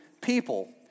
people